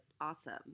awesome